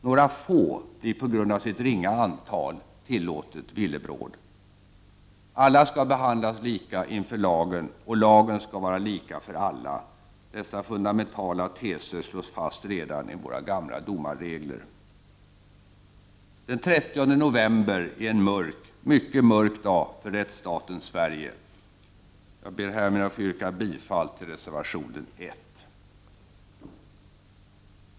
Några få blir på grund av sitt ringa antal tillåtet villebråd. Alla skall behandlas lika inför lagen. Och lagen skall vara lika för alla. Dessa fundamentala teser slås fast redan i våra gamla domarregler. Den 30 november är en mörk, mycket mörk, dag för rättsstaten Sverige. Jag yrkar bifall till reservation 1.